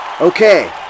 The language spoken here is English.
Okay